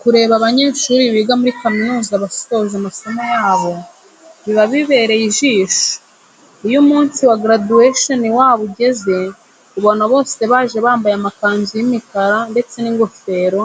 Kureba abanyeshuri biga muri kaminuza basoje amasomo yabo biba bibereye ijisho. Iyo umunsi wa graduation wabo ugeze ubona bose baje bambaye amakanzu y'imikara ndetse n'ingofero,